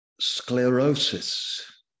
sclerosis